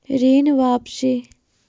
ऋण वापसी?